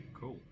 cool